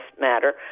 matter